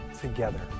together